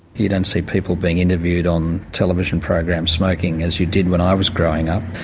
you don't see people being interviewed on television programs smoking, as you did when i was growing up.